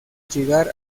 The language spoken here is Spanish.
llegar